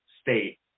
state